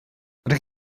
ydych